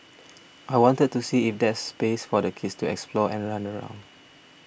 I wanted to see if there's space for the kids to explore and run around